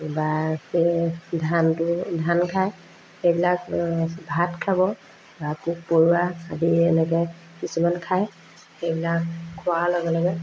বা সেই ধানটো ধান খায় সেইবিলাক ভাত খাব বা পোক পৰুৱা আদি এনেকৈ কিছুমান খায় সেইবিলাক খোৱাৰ লগে লগে